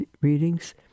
readings